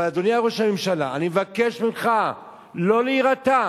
אבל, אדוני ראש הממשלה, אני מבקש ממך לא להירתע,